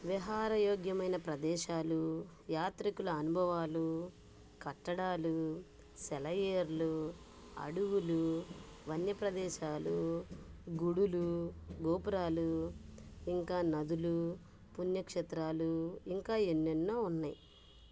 విహారయోగ్యమైన ప్రదేశాలు యాత్రికుల అనుభవాలు కట్టడాలు సెలయేర్లు అడవులు వన్యప్రదేశాలు గుడులు గోపురాలు ఇంకా నదులు పుణ్యక్షేత్రాలు ఇంకా ఎన్నెన్నో ఉన్నాయి